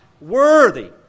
worthy